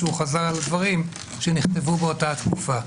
שהוא חזר על דברים שנכתבו באותה התקופה.